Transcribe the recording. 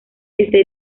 este